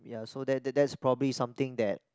ya so that that that's probably something that